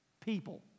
people